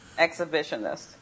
Exhibitionist